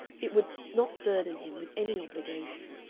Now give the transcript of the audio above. it would not burden him with any obligation.